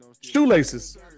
shoelaces